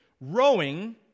rowing